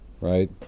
right